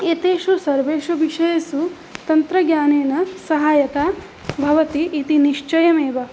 एतेषु सर्वेषु विषयेषु तन्त्रज्ञानेन सहायता भवति इति निश्चयमेव